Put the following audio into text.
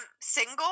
single